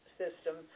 system